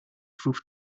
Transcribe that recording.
proof